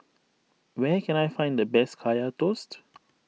where can I find the best Kaya Toast